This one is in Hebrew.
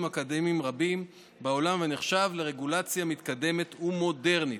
אקדמיים רבים בעולם ונחשב לרגולציה מתקדמת ומודרנית.